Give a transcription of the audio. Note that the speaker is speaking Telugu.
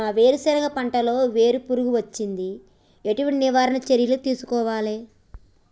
మా వేరుశెనగ పంటలలో వేరు పురుగు వచ్చింది? ఎటువంటి నివారణ చర్యలు తీసుకోవాలే?